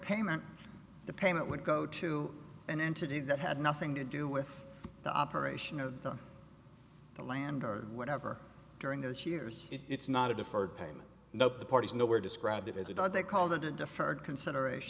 payment the payment would go to an entity that had nothing to do with the operation of the land or whatever during those years it's not a deferred payment nope the parties know were described as a dud they call the deferred consideration